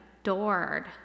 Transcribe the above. adored